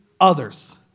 others